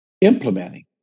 implementing